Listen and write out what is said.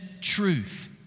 truth